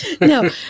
No